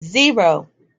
zero